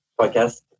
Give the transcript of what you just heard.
podcast